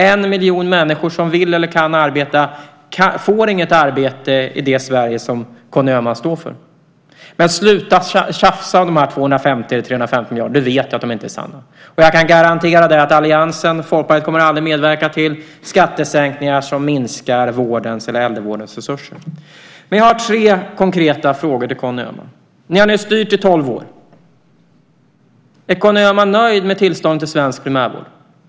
En miljon människor som vill och kan arbeta får inget arbete i det Sverige som Conny Öhman står för. Sluta tjafsa om de här 250 eller 350 miljarder kronorna! Du vet att det inte är sant. Jag kan garantera dig att alliansen och Folkpartiet aldrig kommer att medverka till skattesänkningar som minskar vårdens eller äldrevårdens resurser. Jag har tre konkreta frågor till Conny Öhman. Ni har nu styrt i tolv år. Är Conny Öhman nöjd med tillståndet i svensk primärvård?